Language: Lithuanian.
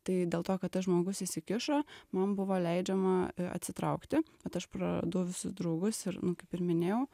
tai dėl to kad tas žmogus įsikišo man buvo leidžiama atsitraukti bet aš praradau visus draugus ir nu kaip ir minėjau